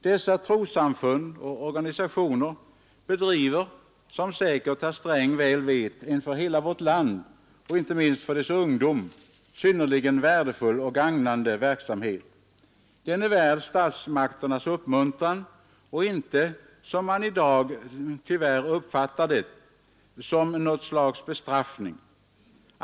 Dessa trossamfund och organisationer bedriver, som säkert herr Sträng väl vet, en för hela vårt land och inte minst dess ungdom synnerligen värdefull och gagnande verksamhet. Den är värd statsmakternas uppmuntran och inte, som man i dag tyvärr uppfattar det, något slags bestraffning.